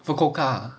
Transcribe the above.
fukuoka